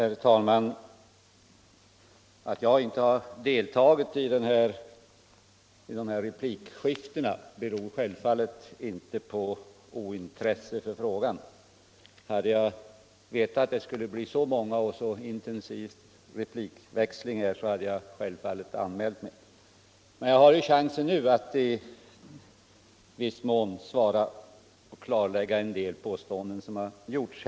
Herr talman! Att jag inte har deltagit i replikskiftena beror självfallet inte på ointresse för frågan. Hade jag vetat att det skulle bli så många och så intensiva replikväxlingar hade jag självfallet anmält mig. Men jag har chansen nu att i viss mån klarlägga en del påståenden som har gjorts.